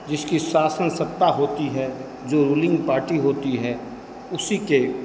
जिसकी शासन सत्ता होती है जो रूलिंग पार्टी होती है उसी के